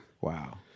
Wow